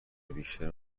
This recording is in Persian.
بیشتر